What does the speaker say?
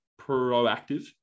proactive